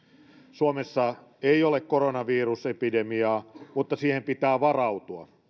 suomessa ei ole koronavirusepidemiaa mutta siihen pitää varautua